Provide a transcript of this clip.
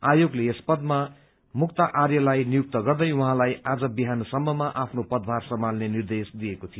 आयोगले यस पदमा मुक्ता आर्यलाई नियुक्त गर्दै उहाँलाई आज बिहानसम्ममा आपनो पदभार सम्हाल्ने निर्देश दिएको थियो